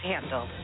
handled